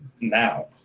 now